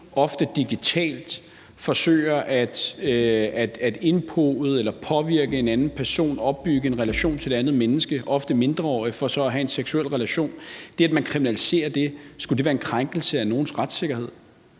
ofte digitalt forsøger at påvirke en anden person og opbygge en relation til et andet menneske, ofte en mindreårig, for så at have en seksuel relation til det. Skulle det, at man kriminaliserer det, være en krænkelse af nogens retssikkerhed?